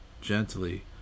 gently